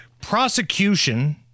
prosecution